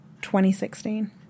2016